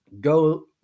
go